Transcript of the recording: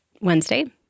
Wednesday